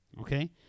okay